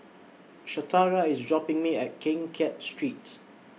Shatara IS dropping Me off At Keng Kiat Street